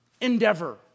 endeavor